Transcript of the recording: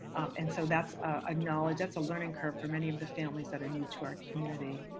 and so that's a knowledge that's a learning curve for many of the families that are new to our community.